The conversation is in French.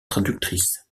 traductrice